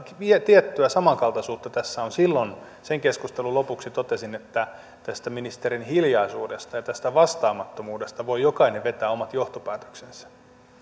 tiettyä samankaltaisuutta tässä on silloin sen keskustelun lopuksi totesin että tästä ministerin hiljaisuudesta ja tästä vastaamattomuudesta voi jokainen vetää omat johtopäätöksensä